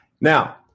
Now